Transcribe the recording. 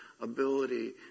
ability